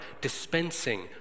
dispensing